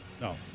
No